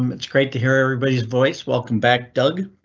um it's great to hear everybody's voice welcome back, doug.